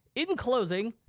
in closing,